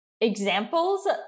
examples